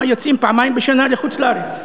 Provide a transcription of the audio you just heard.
יוצאים פעמיים בשנה לחוץ-לארץ?